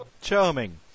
Charming